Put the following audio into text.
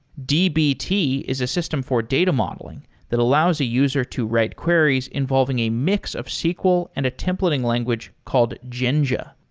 dbt is a system for data modeling that allows a user to write queries involving a mix of sql and a templating language called jinja.